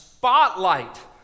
Spotlight